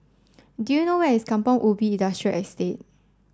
do you know where is Kampong Ubi Industrial Estate